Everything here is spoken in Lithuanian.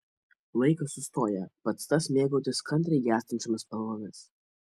laikas sustoja pats tas mėgautis kantriai gęstančiomis spalvomis